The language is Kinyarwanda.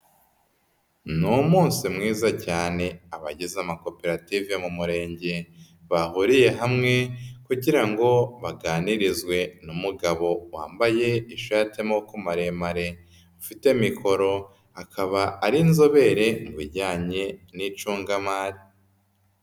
Ni umunsi mwiza cyane, abagize amakoperative mu murenge bahuriye hamwe kugira ngo baganirizwe n'umugabo wambaye ishati y'amaboko maremare ufite mikoro akaba ari inzobere mu bijyanye n'icungamari.